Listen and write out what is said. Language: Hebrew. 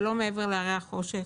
זה לא מעבר להרי החושך.